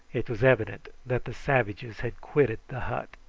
it was evident that the savages had quitted the hut.